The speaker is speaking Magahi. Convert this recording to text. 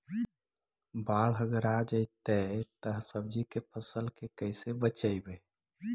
बाढ़ अगर आ जैतै त सब्जी के फ़सल के कैसे बचइबै?